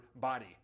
body